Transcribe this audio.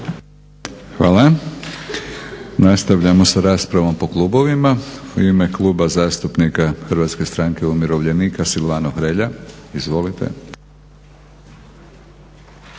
Hvala. Nastavljamo sa raspravom po klubovima. U ime kluba zastupnika Hrvatske stranke umirovljenika, Silvano Hrelja. Izvolite. **Hrelja,